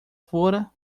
fora